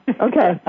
okay